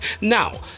Now